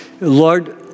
Lord